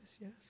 Yes